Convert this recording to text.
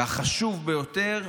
והחשוב ביותר,